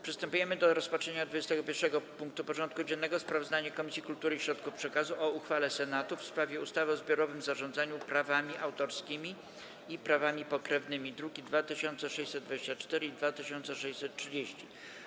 Przystępujemy do rozpatrzenia punktu 21. porządku dziennego: Sprawozdanie Komisji Kultury i Środków Przekazu o uchwale Senatu w sprawie ustawy o zbiorowym zarządzaniu prawami autorskimi i prawami pokrewnymi (druki nr 2624 i 2630)